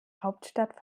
hauptstadt